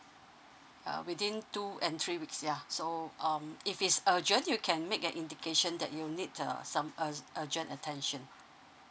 uh within two and three weeks yeah so um if it's urgent you can make an indication that you need uh some ur~ urgent attention